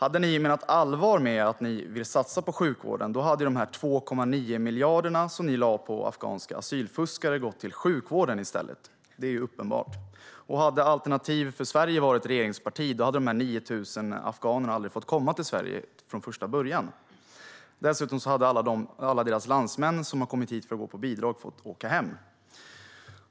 Om ni hade menat allvar med att ni vill satsa på sjukvården hade de 2,9 miljarderna som ni lade på afghanska asylfuskare gått till sjukvården i stället. Det är uppenbart. Om Alternativ för Sverige varit regeringsparti hade de 9 000 afghanerna aldrig fått komma till Sverige från första början. Dessutom hade alla deras landsmän som har kommit hit för att leva på bidrag fått åka hem.